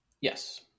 yes